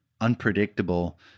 unpredictable